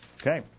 Okay